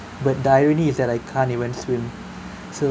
but I really is that I can't even swim so